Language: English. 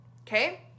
okay